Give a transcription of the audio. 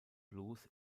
blues